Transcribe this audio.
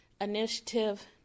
initiative